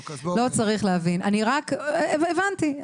הבנתי,